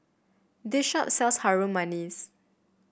this shop sells Harum Manis